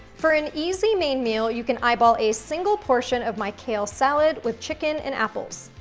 for an easy main meal, you can eyeball a single portion of my kale salad with chicken and apples.